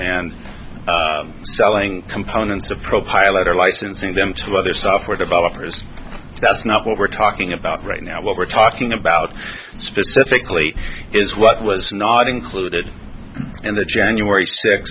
and selling components of pro pilot or licensing them to other software developers that's not what we're talking about right now what we're talking about specifically is what was not included in the january six